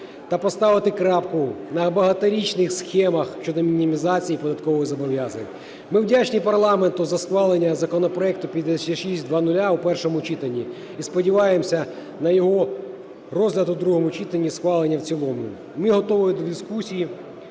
та поставити крапку на багаторічних схемах щодо мінімізації податкових зобов'язань. Ми вдячні парламенту за схвалення законопроекту 5600 у першому читанні і сподіваємося на його розгляд у другому читанні і схвалення в цілому. Ми готові до дискусії.